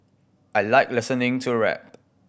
I like listening to rap